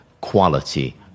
quality